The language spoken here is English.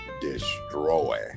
destroy